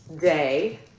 day